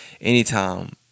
anytime